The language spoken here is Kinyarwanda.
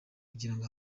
kugirango